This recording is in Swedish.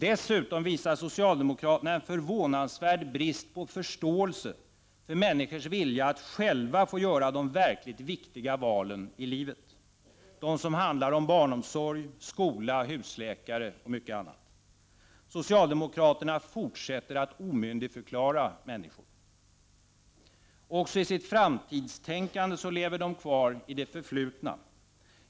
Dessutom visar socialdemokraterna en förvånansvärd brist på förståelse för människors vilja att själva få göra de verkligt viktiga valen i livet, de som handlar om barnomsorg, skola, husläkare och mycket annat. Socialdemokraterna fortsätter att omyndigförklara människor. Också i sitt framtidstänkande lever de kvar i det förflutna.